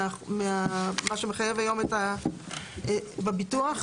ממה שמחייב היום בביטוח?